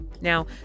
Now